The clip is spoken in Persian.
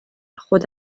خود